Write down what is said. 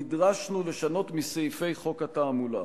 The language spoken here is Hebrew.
נדרשנו לשנות מסעיפי חוק התעמולה.